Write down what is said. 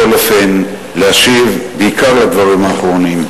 בכל אופן להשיב, בעיקר על הדברים האחרונים.